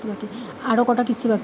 আরো কয়টা কিস্তি বাকি আছে?